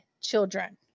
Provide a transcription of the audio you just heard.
children